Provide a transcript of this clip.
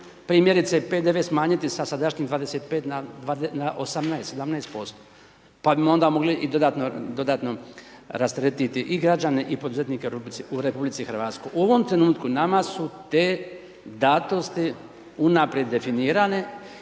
primjerice PDV smanjiti sa sadašnjih 25 na 18, 17%, pa bi onda mogli i dodatno rasteretiti i građane i poduzetnike u RH. U ovom trenutku nama su te datosti unaprijed definirane